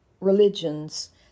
religions